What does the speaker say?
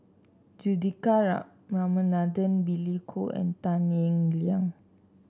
Juthika Ramanathan Billy Koh and Tan Eng Liang